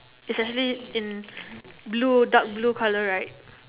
it's actually in blue dark blue colour right